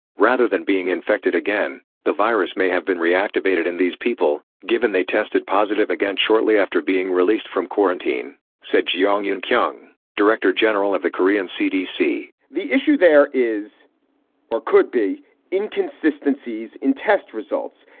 rather than being infected again, the virus may have been reactivated in these people, given they tested positive again shortly after being released from quarantine, said jong eun kyung, director general of the korean cdc the issue there is or could be inconsistencies in test results.